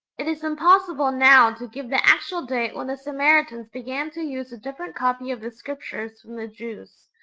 it is impossible now to give the actual date when the samaritans began to use a different copy of the scriptures from the jews.